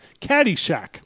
Caddyshack